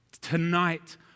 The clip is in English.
Tonight